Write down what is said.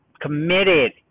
committed